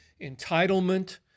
entitlement